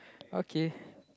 okay